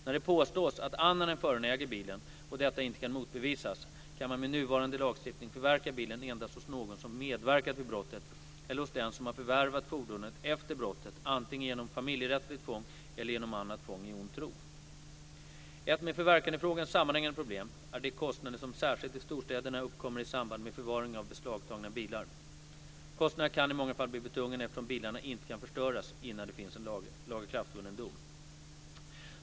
När det påstås att annan än föraren äger bilen och detta inte kan motbevisas, kan man med nuvarande lagstiftning förverka bilen endast hos någon som medverkat vid brottet eller hos den som har förvärvat fordonet efter brottet, antingen genom familjerättsligt fång eller genom annat fång i ond tro. Ett med förverkandefrågan sammanhängande problem är de kostnader som särskilt i storstäderna uppkommer i samband med förvaring av beslagtagna bilar. Kostnaderna kan i många fall bli betungande eftersom bilarna inte kan förstöras innan det finns en lagakraftvunnen dom.